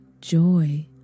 joy